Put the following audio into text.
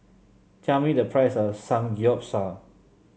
tell me the price of Samgeyopsal